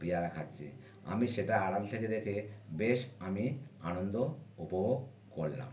পেয়ারা খাচ্ছে আমি সেটা আড়াল থেকে দেখে বেশ আমি আনন্দ উপভোগ করলাম